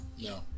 no